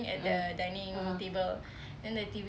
ah (uh huh)